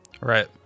Right